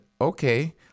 okay